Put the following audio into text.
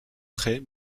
près